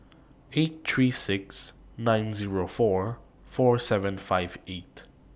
eight three six nine Zero four four seven five eight